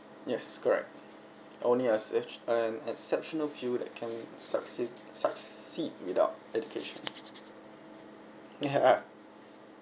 yes correct only as if an exceptional few that can succeed succeed without education yeah ah